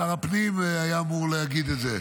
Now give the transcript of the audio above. שר הפנים היה אמור להגיד את זה.